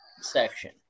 section